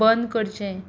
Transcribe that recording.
बंद करचें